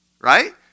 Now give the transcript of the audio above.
Right